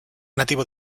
nativo